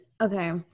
okay